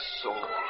soul